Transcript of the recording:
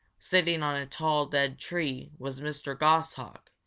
sitting on a tall, dead tree was mr. goshawk,